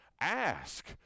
ask